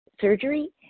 surgery